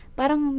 parang